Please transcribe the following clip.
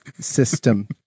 system